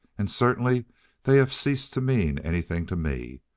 and certainly they have ceased to mean anything to me.